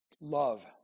Love